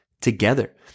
Together